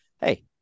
hey